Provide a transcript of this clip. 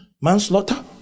manslaughter